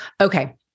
Okay